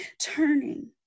turning